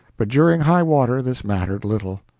but during high-water this mattered little.